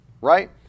right